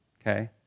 okay